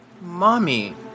Mommy